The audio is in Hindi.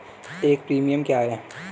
एक प्रीमियम क्या है?